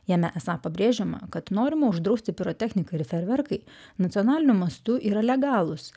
jame esą pabrėžiama kad norima uždrausti pirotechnika ir feerverkai nacionaliniu mastu yra legalūs